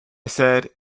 said